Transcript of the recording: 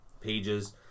pages